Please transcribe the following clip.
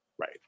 Right